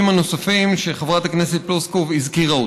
הנוספים שחברת הכנסת פלוסקוב הזכירה.